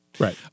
Right